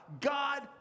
God